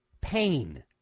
Pain